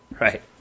right